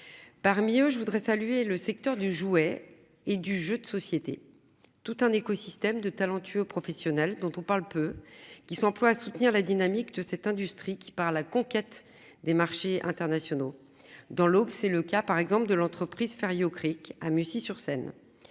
Parmi eux, je voudrais saluer le secteur du jouet et du jeu de société tout un écosystème de talentueux professionnels dont on parle peu qui s'emploie à soutenir la dynamique de cette industrie qui, par la conquête des marchés internationaux. Dans l'Aube. C'est le cas par exemple de l'entreprise férié au CRIC à Mussy sur scène.